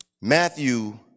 Matthew